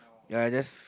ya ya I just